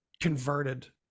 converted